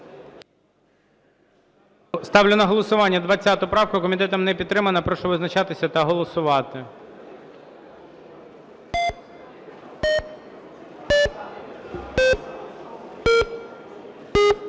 Ставлю на голосування 211 правку. Комітетом не підтримана. Прошу визначатись та голосувати.